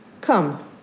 come